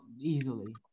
easily